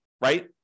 right